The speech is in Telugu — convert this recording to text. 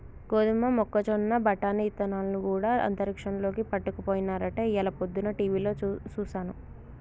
గోదమ మొక్కజొన్న బఠానీ ఇత్తనాలు గూడా అంతరిక్షంలోకి పట్టుకపోయినారట ఇయ్యాల పొద్దన టీవిలో సూసాను